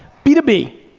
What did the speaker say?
b two b.